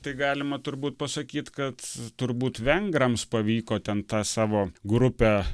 tai galima turbūt pasakyt kad turbūt vengrams pavyko ten tą savo grupę